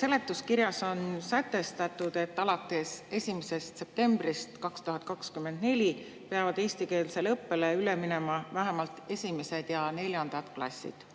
Seletuskirjas on sätestatud, et alates 1. septembrist 2024 peavad eestikeelsele õppele üle minema vähemalt esimesed ja neljandad klassid.